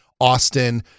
Austin